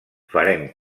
farem